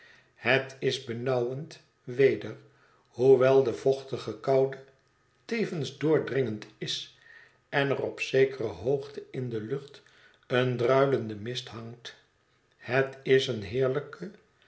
het is benauwend weder hoewel de vochtige koude tevens doordringend is en er op zekere hoogte in de lucht een druilende mist hangt het is een heerlijke